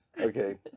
okay